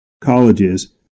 colleges